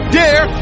dare